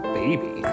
baby